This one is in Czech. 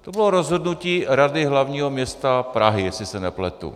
To bylo rozhodnutí Rady hlavního města Prahy, jestli se nepletu.